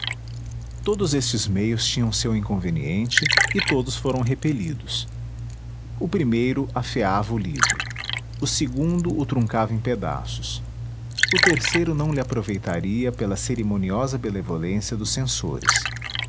todos estes meios tinham seu inconveniente e todos foram repelidos o primeiro afeava o livro o segundo o truncava em pedaços o terceiro não lhe aproveitaria pela cerimoniosa benevolência dos censores